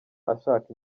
ashaka